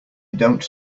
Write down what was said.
don’t